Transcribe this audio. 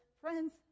friends